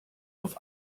auf